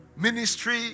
ministry